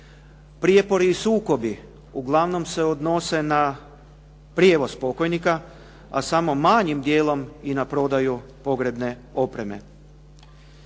Prijepori i sukobi uglavnom se odnose na prijevoz pokojnika, a samo malim dijelom i na prodaju pogrebne opreme.